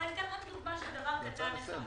אבל אני אתן רק דוגמה של דבר קטן אחד.